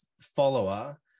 follower